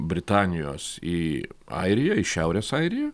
britanijos į airiją į šiaurės airiją